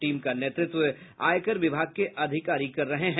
team का नेतृत्व आयकर विभाग के अधिकारी कर रहे हैं